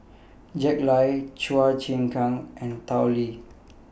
Jack Lai Chua Chim Kang and Tao Li